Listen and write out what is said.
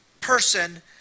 person